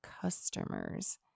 customers